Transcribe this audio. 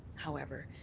however,